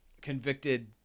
convicted